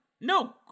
no